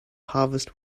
harvest